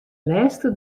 lêste